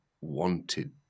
wanted